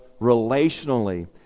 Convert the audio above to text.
relationally